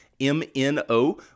M-N-O-